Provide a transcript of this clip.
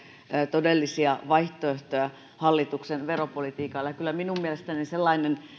todellisia vaihtoehtoja hallituksen veropolitiikalle ja kyllä minun mielestäni sellainen